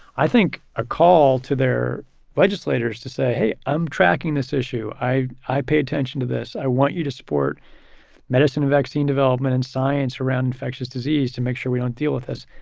i think a call to their legislators to say, hey, i'm tracking this issue. i i pay attention to this. i want you to support medicine in vaccine development and science around infectious disease to make sure we don't deal with this.